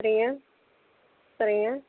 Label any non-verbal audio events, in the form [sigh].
[unintelligible]